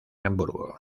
hamburgo